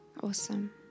awesome